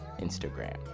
Instagram